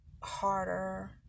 Harder